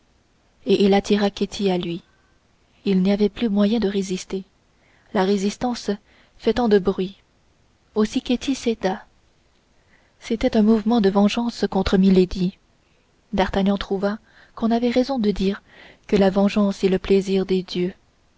et il attira ketty à lui il n'y avait plus moyen de résister la résistance fait tant de bruit aussi ketty céda c'était un mouvement de vengeance contre milady d'artagnan trouva qu'on avait raison de dire que la vengeance est le plaisir des dieux